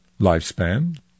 lifespan